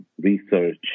research